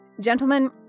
Gentlemen